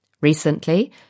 Recently